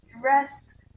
dress